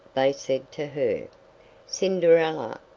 they said to her cinderella,